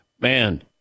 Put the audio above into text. man